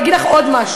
אני אגיד לך עוד משהו.